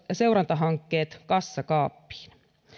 seurantahankkeet kassakaappiin